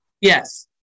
Yes